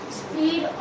speed